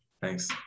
Thanks